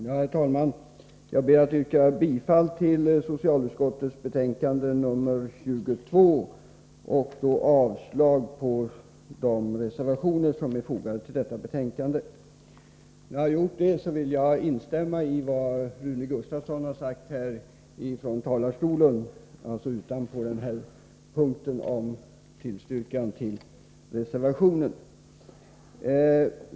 Herr talman! Jag ber att få yrka bifall till hemställan i socialutskottets betänkande nr 22 och avslag på de reservationer som är fogade till detta betänkande. När jag har gjort det, vill jag instämma i vad Rune Gustavsson sade från talarstolen, förutom yrkandet om bifall till reservationen.